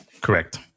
Correct